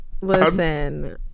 Listen